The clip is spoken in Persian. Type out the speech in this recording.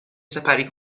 سپری